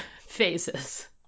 phases